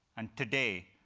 and today,